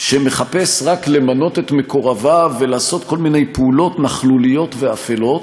שמחפש רק למנות את מקורביו ולעשות כל מיני פעולות נכלוליות ואפלות,